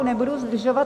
Nebudu zdržovat.